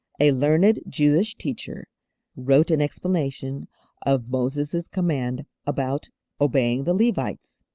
a learned jewish teacher wrote an explanation of moses' command about obeying the levites.